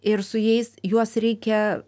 ir su jais juos reikia